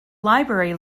library